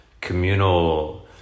communal